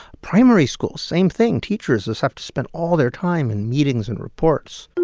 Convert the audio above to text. primary schools same thing. teachers just have to spend all their time in meetings and reports